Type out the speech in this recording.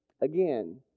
Again